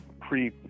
pre